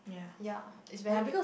ya it's very weird